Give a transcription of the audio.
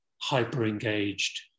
hyper-engaged